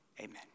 amen